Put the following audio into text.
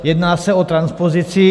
Jedná se o transpozici.